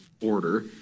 order